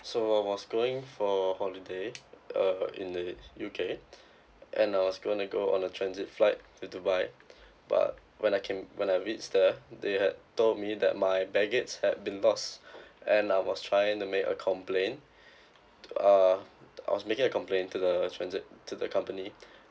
so I was going for holiday uh in the U_K and I was gonna go on the transit flight to dubai but when I came when I reached there they had told me that my baggage had been lost and I was trying to make a complaint uh I was making a complaint to the transit to the company